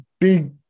big